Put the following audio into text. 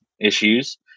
issues